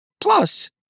Plus